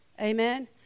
Amen